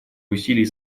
усилий